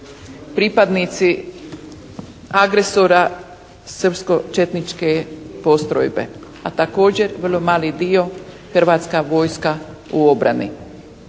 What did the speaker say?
pripadnici agresora, srpsko-četničke postrojbe. A također vrlo mali dio, Hrvatska vojska u obrani.